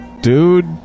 dude